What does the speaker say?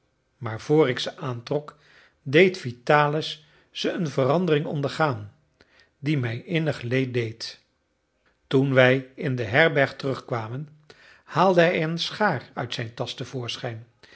maar vr ik ze aantrok deed vitalis ze een verandering ondergaan die mij innig leed deed toen wij in de herberg terugkwamen haalde hij een schaar uit zijn tasch